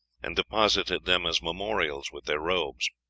and deposited them as memorials with their robes.